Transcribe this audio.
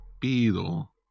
Beetle